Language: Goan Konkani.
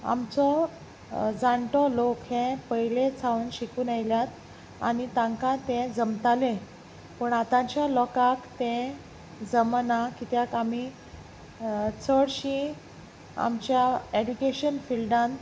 आमचो जाणटो लोक हे पयले जावन शिकून येल्यात आनी तांकां ते जमताले पूण आतांच्या लोकांक ते जमना कित्याक आमी चडशी आमच्या एडुकेशन फिल्डान